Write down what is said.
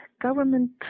government